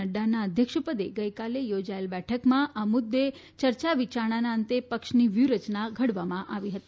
નક્રાના અધ્યક્ષપદે ગઇકાલે યોજાયેલી બેઠકમાં આ મુદ્દે ચર્ચા વિચારણાના અંતે પક્ષની વ્યુહરચના ઘડવામાં આવી હતી